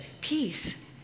peace